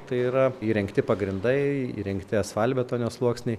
tai yra įrengti pagrindai įrengti asfaltbetonio sluoksniai